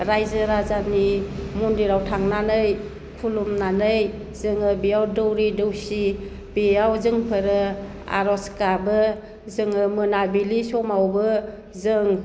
रायजो राजानि मन्दिराव थांनानै खुलुमनानै जोङो बेयाव दौरि दौसि बेयाव जोंफोरो आर'ज गाबो जोङो मोनाबिलि समावबो जों